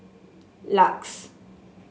Lux